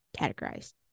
categorized